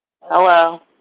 Hello